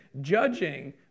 judging